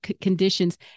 conditions